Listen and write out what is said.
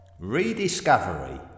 rediscovery